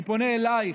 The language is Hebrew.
אני פונה אלייך,